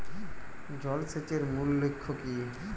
জল সেচের মূল লক্ষ্য কী?